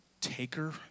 taker